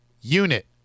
unit